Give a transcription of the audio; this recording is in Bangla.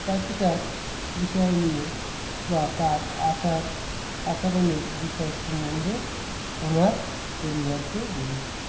পাখিটার বিষয় নিয়ে বা তার আচার আচরণের বিষয় সম্বন্ধে আমার পরিবারকে বলেছি